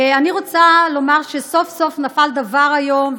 אני רוצה לומר שסוף-סוף נפל דבר היום,